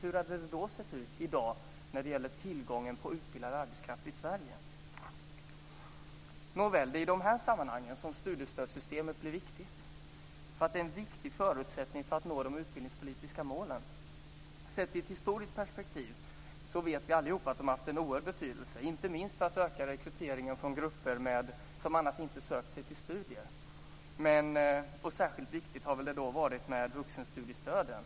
Hur hade det då sett ut i dag när det gäller tillgången på utbildad arbetskraft i Sverige? Nåväl, det är i de här sammanhangen som studiestödssystemet blir viktigt - det är en viktig förutsättning för att nå de utbildningspolitiska målen. I ett historiskt perspektiv vet vi allihop att stöden har haft en oerhörd betydelse, inte minst för att öka rekryteringen från grupper som annars inte skulle ha sökt sig till studier. Särskilt viktigt har det väl varit med vuxenstudiestöden.